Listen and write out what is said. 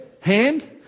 hand